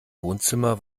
wohnzimmer